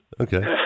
Okay